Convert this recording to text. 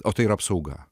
o tai ir apsauga